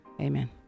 Amen